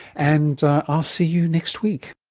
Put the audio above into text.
and i'll see you next week